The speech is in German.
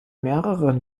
mehreren